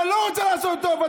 אתה לא רוצה לעשות טוב.